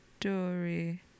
Story